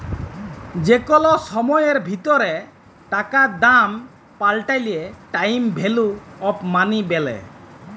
যে কল সময়ের ভিতরে টাকার দাম পাল্টাইলে টাইম ভ্যালু অফ মনি ব্যলে